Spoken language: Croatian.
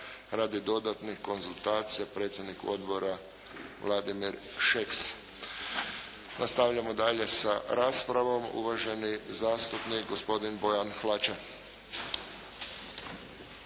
radi dodatnih konzultacija predsjednik Odbora Vladimir Šeks. Nastavljamo dalje sa raspravom. Uvaženi zastupnik gospodin Bojan Hlača.